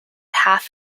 half